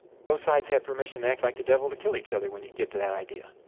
both sides have permission to act like the devil to kill each other, when you get to that idea.